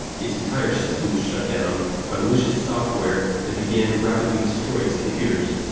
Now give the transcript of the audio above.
its entire system was shut down by malicious software that began to rapidly destroy its computers.